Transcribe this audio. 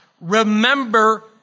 remember